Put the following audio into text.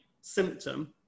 symptom